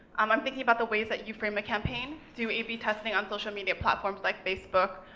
um i'm thinking about the ways that you frame a campaign, do ab testing on social media platforms, like facebook,